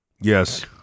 Yes